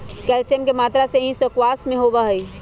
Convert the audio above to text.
calcium के मात्रा भी स्क्वाश में बहुत होबा हई